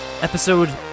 Episode